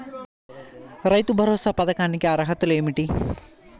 రైతు భరోసా పథకానికి అర్హతలు ఏమిటీ?